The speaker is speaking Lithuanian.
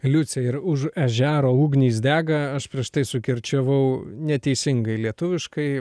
liucė ir už ežero ugnys dega aš prieš tai sukirčiavau neteisingai lietuviškai